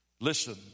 Listen